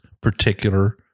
particular